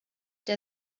der